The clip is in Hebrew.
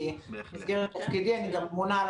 כי במסגרת תפקידי אני גם ממונה על